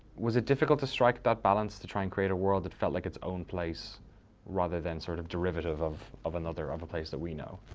was it difficult to strike that balance to try and create a world that felt like its own place rather than sort of derivative of of another, of a place that we know?